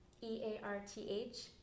E-A-R-T-H